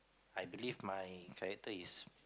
I believe my character is